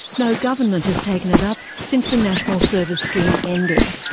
no government has taken it up since the national service scheme ended.